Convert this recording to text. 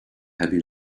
heavy